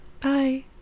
Bye